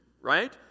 Right